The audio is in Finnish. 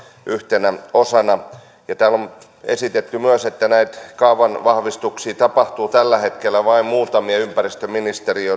yhtenä osana täällä on esitetty myös että näitä kaavanvahvistuksia tapahtuu tällä hetkellä vain muutamia ympäristöministeriössä